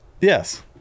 Yes